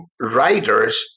writers